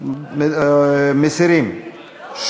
מסירים.